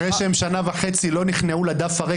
אחרי שהם שנה וחצי לא נכנעו לדף הריק